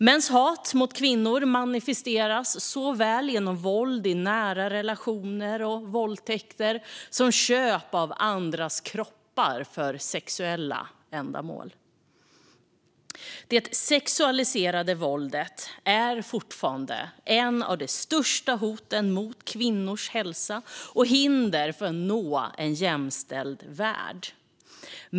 Mäns hat mot kvinnor manifesteras genom såväl våld i nära relationer och våldtäkter som köp av andras kroppar för sexuella ändamål. Det sexualiserade våldet är fortfarande ett av de största hoten mot kvinnors hälsa och ett hinder för att nå en jämställd värld.